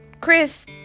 Chris